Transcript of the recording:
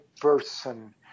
person